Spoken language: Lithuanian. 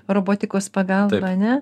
robotikos pagalba a ne